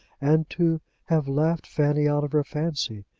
and to have laughed fanny out of her fancy.